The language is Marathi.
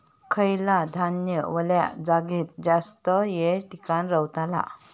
खयला धान्य वल्या जागेत जास्त येळ टिकान रवतला?